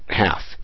half